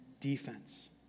defense